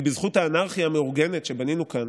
ובזכות האנרכיה המאורגנת שבנינו כאן